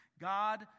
God